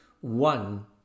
One